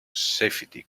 safety